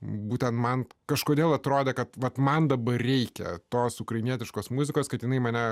būtent man kažkodėl atrodė kad vat man dabar reikia tos ukrainietiškos muzikos kad jinai mane